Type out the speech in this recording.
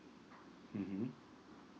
mmhmm